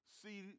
see